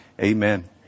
amen